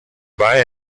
buy